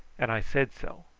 and i said so.